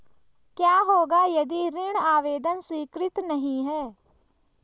क्या होगा यदि ऋण आवेदन स्वीकृत नहीं है?